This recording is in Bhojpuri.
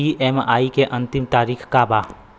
ई.एम.आई के अंतिम तारीख का बा?